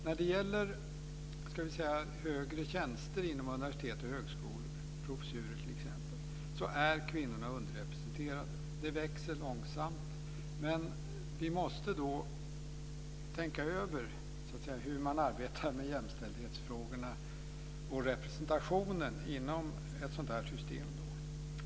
När det gäller högre tjänster inom universitet och högskolor, t.ex. professurer, är kvinnorna underrepresenterade. Det växer långsamt. Vi måste då tänka över hur vi arbetar med jämställdhetsfrågorna och representationen inom ett sådant system.